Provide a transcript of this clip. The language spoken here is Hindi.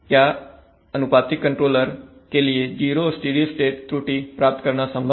क्या अनुपातिक कंट्रोलर के लिए 0 स्टेडी स्टेट त्रुटि प्राप्त करना संभव है